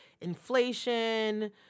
inflation